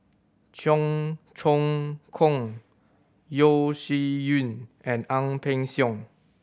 Cheong Choong Kong Yeo Shih Yun and Ang Peng Siong